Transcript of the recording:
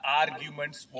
arguments